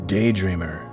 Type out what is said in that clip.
Daydreamer